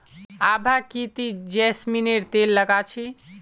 आभा की ती जैस्मिनेर तेल लगा छि